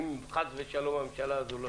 אם חס ושלום הממשלה הזאת לא תמשיך.